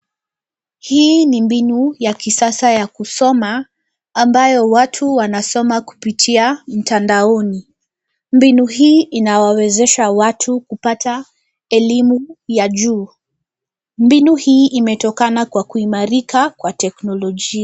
Hii ni mbinu ya kisasa ya kusoma ambayo watu wanasoma kupitia mtandaoni. Mbinu hii inawawezesha watu kupata elimu ya juu. Mbinu hii imetokana kwa kuimarika kwa teknolojia.